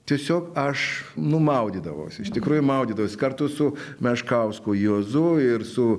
tiesiog aš nu maudydavausi iš tikrųjų maudydavaus kartu su meškausku juozu ir su